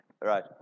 right